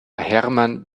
hermann